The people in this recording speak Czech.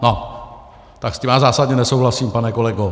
No tak s tím já zásadně nesouhlasím, pane kolego!